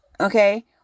okay